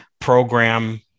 program